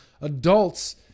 Adults